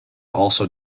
also